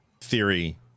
theory